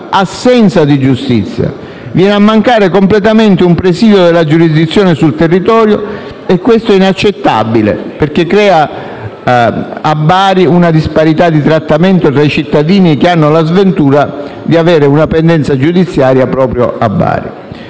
assenza di giustizia. Viene a mancare completamente un presidio della giurisdizione sul territorio. Questo è inaccettabile, perché crea a Bari una disparità di trattamento dei cittadini che hanno la sventura di avere una pendenza giudiziaria proprio presso